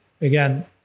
again